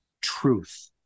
truth